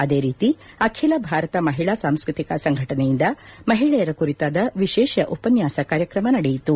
ಅದೇ ರೀತಿ ಅಖಿಲ ಭಾರತ ಮಹಿಳಾ ಸಾಂಸ್ಕೃತಿಕ ಸಂಘಟನೆಯಿಂದ ಮಹಿಳೆಯರ ಕುರಿತಾದ ವಿಶೇಷ ಉಪನ್ಯಾಸ ಕಾರ್ಯಕ್ರಮ ನಡೆಯಿತು